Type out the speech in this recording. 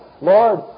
Lord